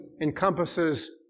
encompasses